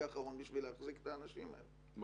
האחרון בשביל להחזיק את האנשים האלה,